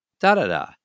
da-da-da